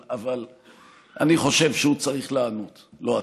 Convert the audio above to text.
אבל אני חושב שהוא צריך לענות, לא אתם.